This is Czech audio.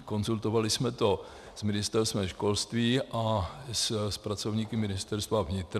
Konzultovali jsme to s Ministerstvem školství a s pracovníky Ministerstva vnitra.